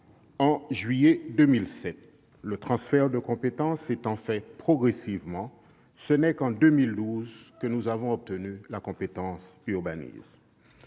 de juillet 2007. Le transfert de compétences ayant été effectué progressivement, ce n'est qu'en 2012 que nous avons obtenu la compétence urbanisme.